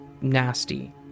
nasty